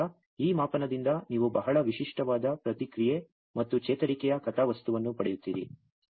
ಆದ್ದರಿಂದ ಈ ಮಾಪನದಿಂದ ನೀವು ಬಹಳ ವಿಶಿಷ್ಟವಾದ ಪ್ರತಿಕ್ರಿಯೆ ಮತ್ತು ಚೇತರಿಕೆಯ ಕಥಾವಸ್ತುವನ್ನು ಪಡೆಯುತ್ತೀರಿ